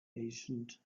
ancient